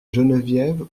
geneviève